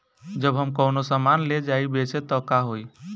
जब हम कौनो सामान ले जाई बेचे त का होही?